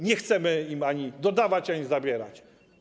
Nie chcemy im ani dodawać, ani zabierać.